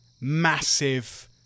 massive